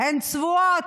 הן צבועות.